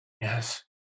Yes